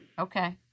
Okay